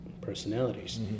personalities